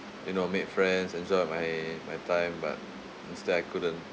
you know make friends and sort out my my time but instead I couldn't